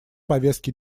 повестке